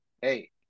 hey